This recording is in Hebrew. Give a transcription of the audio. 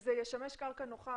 זה גם ישמש קרקע נוחה,